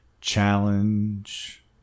challenge